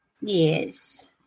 Yes